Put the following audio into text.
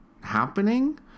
happening